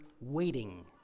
waiting